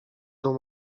dół